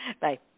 Bye